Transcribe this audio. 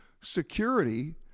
security